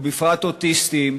ובפרט אוטיסטים,